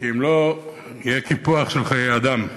כי אם לא, יהיה קיפוח של חיי אדם.